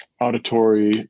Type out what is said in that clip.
auditory